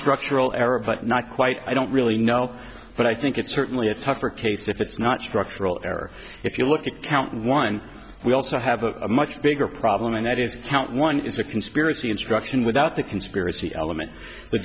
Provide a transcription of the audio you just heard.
structural error but not quite i don't really know but i think it's certainly a tougher case if it's not structural error if you look at count one we also have a much bigger problem and that is count one is a conspiracy instruction without the conspiracy element the